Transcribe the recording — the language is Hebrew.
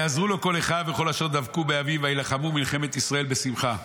"ויעזרו לו כל אחיו וכל אשר דבקו באביו ויילחמו מלחמת ישראל בשמחה.